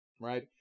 right